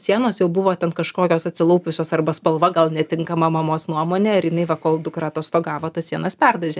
sienos jau buvo ten kažkokios atsilaupusios arba spalva gal netinkama mamos nuomone ir jinai va kol dukra atostogavo tas sienas perdažė